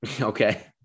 Okay